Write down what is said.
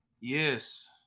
Yes